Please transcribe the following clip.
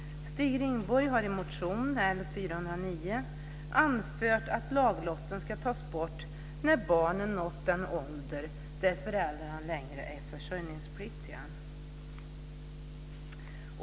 Stig Rindborg har i motion L409 anfört att laglotten ska tas bort när barnen nått den ålder då föräldrarna inte längre är försörjningspliktiga.